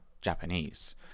Japanese